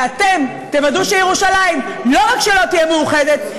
ואתם תוודאו שירושלים לא רק שלא תהיה מאוחדת,